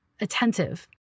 attentive